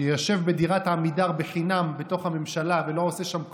שיושב בדירת עמידר בחינם בתוך הממשלה ולא עושה שם כלום,